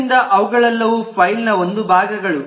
ಆದ್ದರಿಂದ ಅವುಗಳೆಲ್ಲವು ಫೈಲ್ನ ಒಂದು ಭಾಗಗಳು